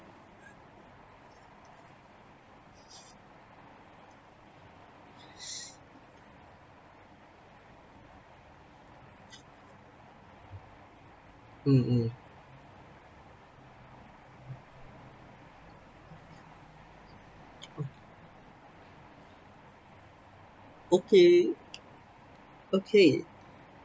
mm mm o~ okay okay